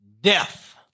death